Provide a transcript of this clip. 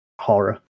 horror